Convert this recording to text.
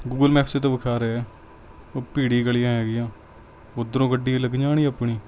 Google maps 'ਚ ਤਾਂ ਵਿਖਾ ਰਿਹਾ ਉਹ ਭੀੜੀ ਗਲੀਆਂ ਹੈਗੀਆਂ ਉੱਧਰੋਂ ਗੱਡੀ ਲੱਗ ਜਾਣੀ ਆਪਣੀ